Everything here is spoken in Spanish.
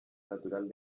natural